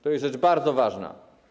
To jest rzecz bardzo ważna.